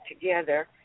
together